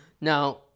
Now